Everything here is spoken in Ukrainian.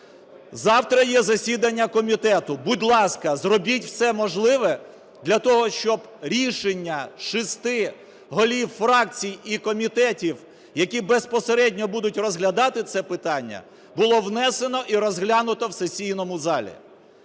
Завтра є засідання комітету. Будь ласка, зробіть все можливе для того, щоб рішення шести голів фракцій і комітетів, які безпосередньо будуть розглядати це питання, було внесено і розглянуто у сесійному залі.